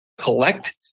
collect